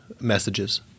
messages